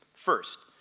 first,